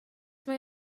mae